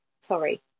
sorry